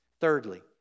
Thirdly